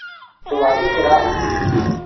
तो वाज़िव किराया